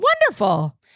Wonderful